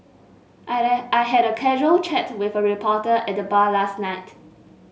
I had I had a casual chat with a reporter at the bar last night